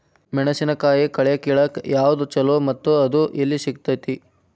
ಮೆಣಸಿನಕಾಯಿ ಕಳೆ ಕಿಳಾಕ್ ಯಾವ್ದು ಛಲೋ ಮತ್ತು ಅದು ಎಲ್ಲಿ ಸಿಗತೇತಿ?